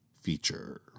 feature